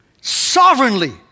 Sovereignly